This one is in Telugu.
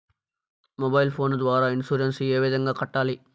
మొబైల్ ఫోను ద్వారా ఇన్సూరెన్సు ఏ విధంగా కట్టాలి